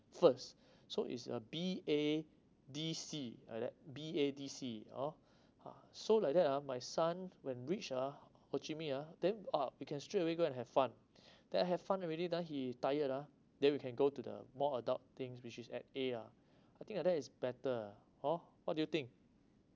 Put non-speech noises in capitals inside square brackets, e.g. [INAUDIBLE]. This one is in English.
first [BREATH] so it's a B A D C like that B A D C orh [BREATH] ah so like that ah my son when reach ah ho chi minh ah then ah we can straight away go and have fun then have fun already then he tired ah then we can go to the more adult things which is at A ah I think like that is better ah oh what do you think